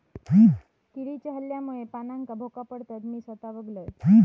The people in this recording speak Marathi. किडीच्या हल्ल्यामुळे पानांका भोका पडतत, मी स्वता बघलंय